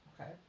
Okay